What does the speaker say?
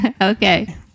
okay